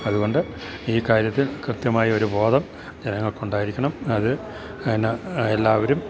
അതുകൊണ്ട് ഈ കാര്യത്തിൽ കൃത്യമായ ഒരു ബോധം ജനങ്ങൾക്കുണ്ടായിരിക്കണം അത് എന്നാ എല്ലാവരും